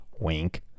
wink